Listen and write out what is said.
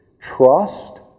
trust